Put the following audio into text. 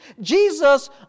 Jesus